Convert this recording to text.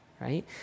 right